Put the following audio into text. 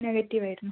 negative ആയിരുന്നു